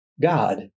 God